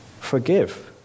forgive